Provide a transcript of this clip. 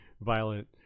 violent